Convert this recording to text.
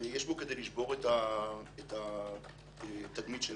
יש בו כדי לשבור את התדמית שלנו.